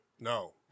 No